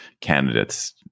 candidates